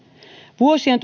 vuosien